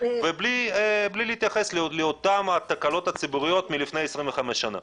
ובלי להתייחס לאותן התקלות הציבוריות מלפני 25 שנה.